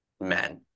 men